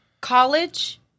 college